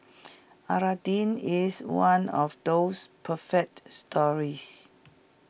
Aladdin is one of those perfect stories